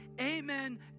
Amen